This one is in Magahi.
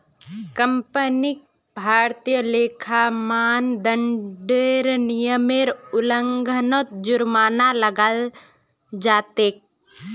कंपनीक भारतीय लेखा मानदंडेर नियमेर उल्लंघनत जुर्माना लगाल जा तेक